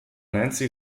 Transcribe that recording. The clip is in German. nancy